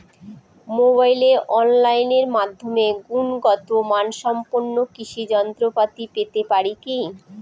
মোবাইলে অনলাইনের মাধ্যমে গুণগত মানসম্পন্ন কৃষি যন্ত্রপাতি পেতে পারি কি?